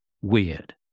weird